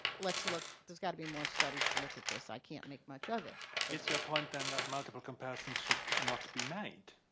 let's look there's got to be more studies to look at this i can't make much of it. is your point, then, that multiple comparisons should not be made?